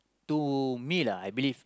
to me lah I believe